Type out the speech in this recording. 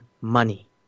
money